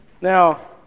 Now